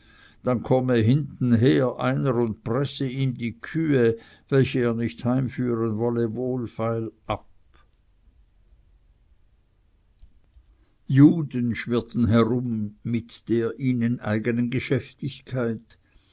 dann komme hintenher einer und presse ihm die kühe welche er nicht heimführen wolle wohlfeil ab juden schwirrten herum mit der ihnen eigenen geschäftigkeit